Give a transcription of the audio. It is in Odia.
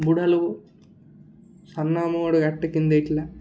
ବୁଢ଼ାଲୋକ ସାନ ମାମୁଁ ଗୋଟେ ଗାଡ଼ିଟେ କିଣିଦେଇଥିଲା